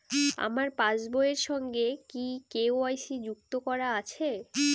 আমার পাসবই এর সঙ্গে কি কে.ওয়াই.সি যুক্ত করা আছে?